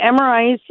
MRIs